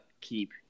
keep